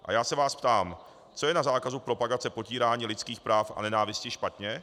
A já se vás ptám: co je na zákazu propagace potírání lidských práv a nenávisti špatně?